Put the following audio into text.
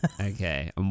okay